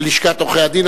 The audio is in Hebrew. ללשכת עורכי-הדין.